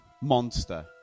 monster